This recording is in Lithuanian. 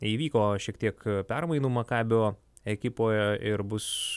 įvyko šiek tiek permainų makabio ekipoje ir bus